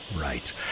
right